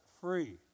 free